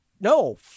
No